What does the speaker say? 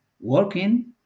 working